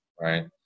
right